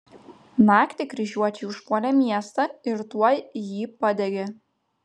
naktį kryžiuočiai užpuolė miestą ir tuoj jį padegė